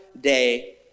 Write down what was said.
day